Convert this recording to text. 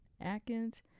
atkins